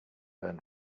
learn